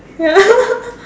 ya